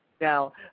Now